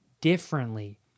differently